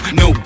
no